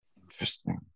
Interesting